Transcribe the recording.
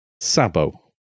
Sabo